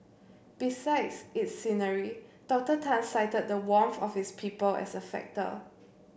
besides its scenery Doctor Tan cited the warmth of its people as a factor